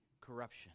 corruption